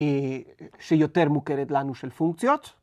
‫שיותר מוכרת לנו של פונקציות.